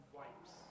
wipes